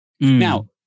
Now